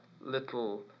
little